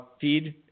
feed